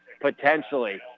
potentially